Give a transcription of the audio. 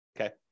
okay